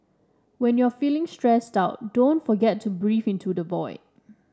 when you are feeling stressed out don't forget to breathe into the void